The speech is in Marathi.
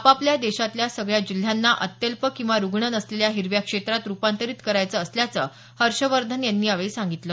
आपल्याला देशातल्या सगळ्या जिल्ह्यांना अत्यल्प किंवा रुग्ण नसलेल्या हिरव्या क्षेत्रात रुपांतरित करायचं असल्याचं हर्षवर्धन यांनी यावेळी सांगितलं